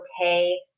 okay